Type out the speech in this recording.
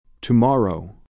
Tomorrow